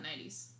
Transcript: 90s